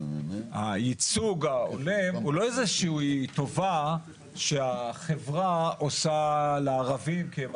הייצוג ההולם הוא לא איזה שהיא טובה שהחברה עושה לערבים כי הם